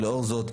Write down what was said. לאור זאת,